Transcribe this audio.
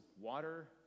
water